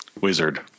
Wizard